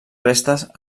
restes